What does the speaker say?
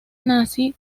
nazi